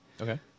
Okay